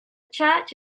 church